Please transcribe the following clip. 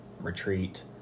retreat